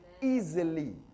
easily